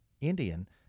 Indian